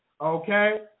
okay